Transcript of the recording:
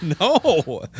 No